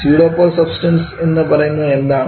pseudo pure substance എന്നു പറയുന്നത് എന്താണ്